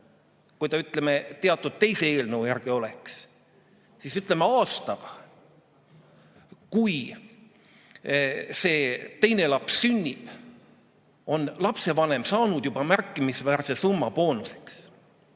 kui see teatud teise eelnõu järgi oleks, siis, ütleme, aastaga, kui see teine laps sünnib, on lapsevanem saanud juba märkimisväärse summa boonuseks.